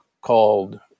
called